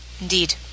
indeed